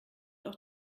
auch